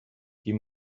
quin